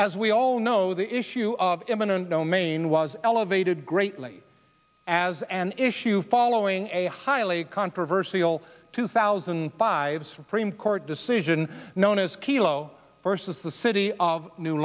as we all know the issue of eminent domain was elevated greatly as an issue following a highly controversial two thousand five supreme court decision known as kilo versus the city of new